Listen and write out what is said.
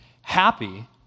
happy